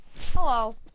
Hello